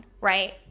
right